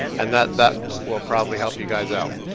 and that that will probably help you guys out.